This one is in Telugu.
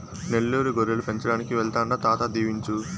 నెల్లూరు గొర్రెలు పెంచడానికి వెళ్తాండా తాత దీవించు